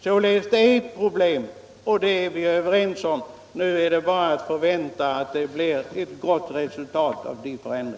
Det är således ett problem, och det är vi överens om. Nu är det bara att förvänta att det blir en ändring till det bättre.